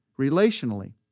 Relationally